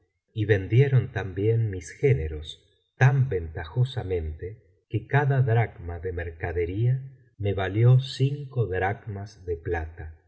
y vendieron también mis géneros tan ventajosamente que cada dracma de mercadería me valió cinco dracenas de plata